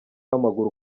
w’amaguru